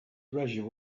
treasure